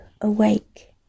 awake